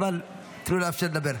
אבל תאפשרו לדבר.